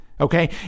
Okay